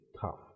tough